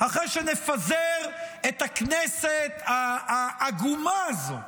אחרי שנפזר את הכנסת העגומה הזו,